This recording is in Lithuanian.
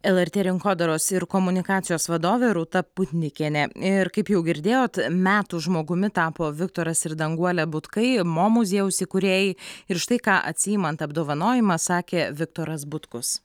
lrt rinkodaros ir komunikacijos vadovė rūta putnikienė ir kaip jau girdėjot metų žmogumi tapo viktoras ir danguolė butkai mo muziejaus įkūrėjai ir štai ką atsiimant apdovanojimą sakė viktoras butkus